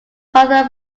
father